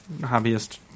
hobbyist